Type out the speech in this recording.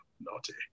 naughty